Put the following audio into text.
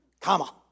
Comma